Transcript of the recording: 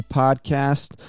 podcast